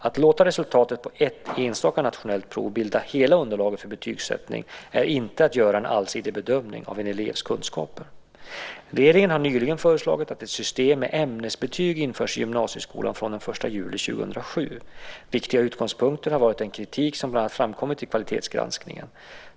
Att låta resultatet på ett enstaka nationellt prov bilda hela underlaget för betygssättning är inte att göra en allsidig bedömning av en elevs kunskaper. Regeringen har nyligen föreslagit att ett system med ämnesbetyg införs i gymnasieskolan från den 1 juli 2007 . Viktiga utgångspunkter har varit den kritik som framkommit bland annat i kvalitetsgranskningen.